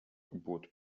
bot